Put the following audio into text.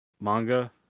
manga